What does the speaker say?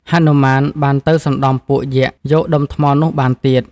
ហនុមានបានទៅសណ្តំពួកយក្សយក ដុំថ្មនោះបានទៀត។